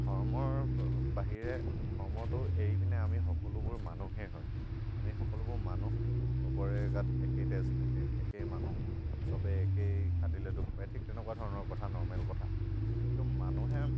ধৰ্মৰ বাহিৰে ধৰ্মটো এৰি পিনে আমি সকলোবোৰ মানুহেই হয় আমি সকলোবোৰ মানুহ চবৰে গাত একেই তেজ থাকে একেই মানুহ চবেই একেই কাটিলে দুখ পায় ঠিক তেনেকুৱা ধৰণৰ কথা নৰ্মেল কথা তো মানুহে